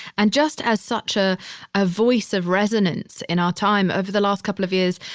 and just as such a ah voice of resonance in our time over the last couple of years.